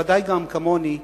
ודאי גם כמוני תבכו.